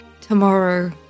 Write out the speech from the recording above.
tomorrow